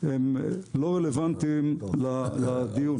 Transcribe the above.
הם לא רלוונטיים לדיון.